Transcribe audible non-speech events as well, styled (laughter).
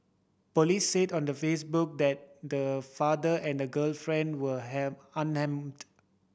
police said on the Facebook that the father and the girlfriend were (unintelligible) unharmed